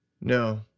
No